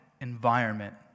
environment